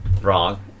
Wrong